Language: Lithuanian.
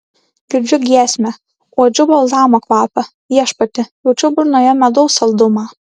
girdžiu giesmę uodžiu balzamo kvapą viešpatie jaučiu burnoje medaus saldumą